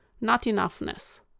not-enoughness